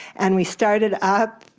and we started up,